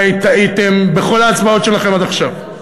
כשטעיתם, בעיני, בכל ההצבעות שלכם עד עכשיו.